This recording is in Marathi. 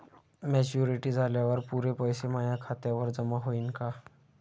मॅच्युरिटी झाल्यावर पुरे पैसे माया खात्यावर जमा होईन का?